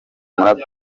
amaze